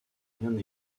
rien